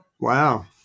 Wow